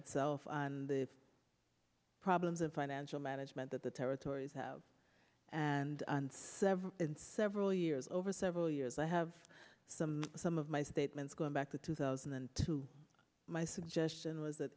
itself and the problems of financial management that the territories have and several in several years over several years i have some of my statements going back to two thousand and two my suggestion was that